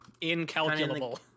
Incalculable